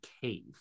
cave